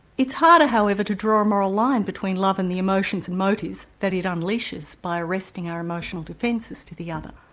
it's harder however to draw a moral line between love and the emotions and motives that it unleashes by arresting our emotional defences to the other.